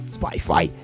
Spotify